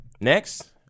next